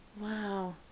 Wow